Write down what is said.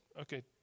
okay